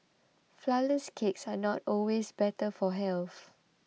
Flourless Cakes are not always better for health